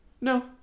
No